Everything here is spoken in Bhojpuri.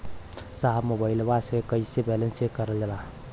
साहब मोबइलवा से कईसे बैलेंस चेक करल जाला?